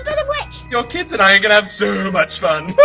the the witch! your kids and i are gonna have so much fun!